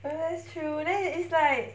well that's true then it's like